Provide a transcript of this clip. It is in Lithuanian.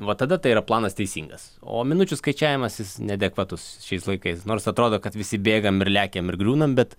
va tada tai yra planas teisingas o minučių skaičiavimas jis neadekvatus šiais laikais nors atrodo kad visi bėgam ir lekiame ir griūnam bet